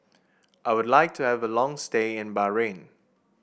I would like to have a long stay in Bahrain